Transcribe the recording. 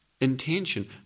intention